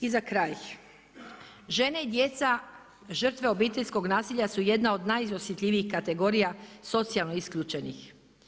I za kraj, žene i djece, žrtve obiteljskog nasilja su jedna od najosjetljivijih kategorija socijalno isključenih.